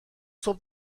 صبح